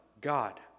God